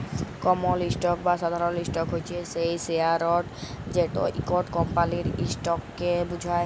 কমল stock বা সাধারল stock হছে সেই শেয়ারট যেট ইকট কমপালির ইসটককে বুঝায়